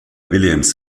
williams